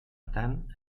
tant